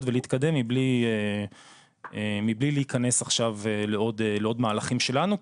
ולהתקדם מבלי להיכנס עכשיו לעוד מהלכים שלנו,